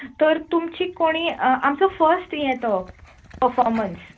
तर तुमचीं कोणी आमचो फस्ट हें तो पर्फोमन्स